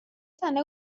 زنه